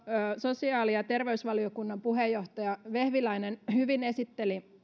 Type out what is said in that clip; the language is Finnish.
sosiaali ja terveysvaliokunnan puheenjohtaja vehviläinen hyvin esitteli